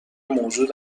موجود